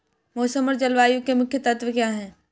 मौसम और जलवायु के मुख्य तत्व क्या हैं?